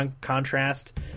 contrast